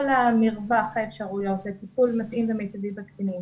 מרווח האפשרויות לטיפול מתאים ומיטבי בקטינים.